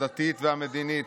הדתית והמדינית,